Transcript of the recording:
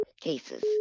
cases